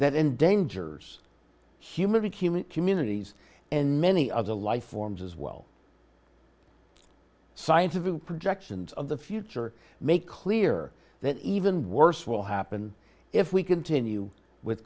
that endangers human to human communities and many other life forms as well scientific projections of the future make clear that even worse will happen if we continue with